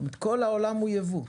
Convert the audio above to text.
כל העולם הוא יבוא,